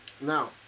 Now